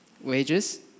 wages